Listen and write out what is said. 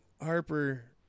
Harper